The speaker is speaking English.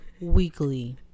weekly